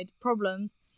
problems